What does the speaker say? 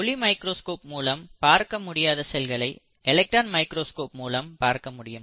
ஒளி மைக்ரோஸ்கோப் மூலம் பார்க்க முடியாத செல்களை எலக்ட்ரான் மைக்ரோஸ்கோப் மூலம் பார்க்க முடியும்